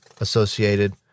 associated